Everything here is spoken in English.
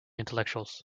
intellectuals